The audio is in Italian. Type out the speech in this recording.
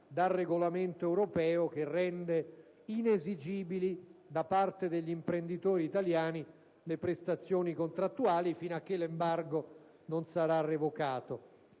dal Regolamento europeo, che rende inesigibili, da parte degli imprenditori italiani, le prestazioni contrattuali fino a che l'embargo non sarà revocato.